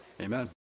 amen